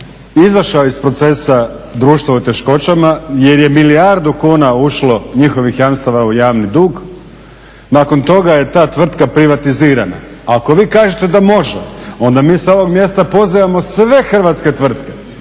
izašao iz procesa Društvo u teškoćama jer je milijardu kuna ušlo njihovih jamstava u javni dug, nakon toga je ta tvrtka privatizirana. Ako vi kažete da može, onda mi sa ovog mjesta pozivamo sve hrvatske tvrtke